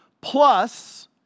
plus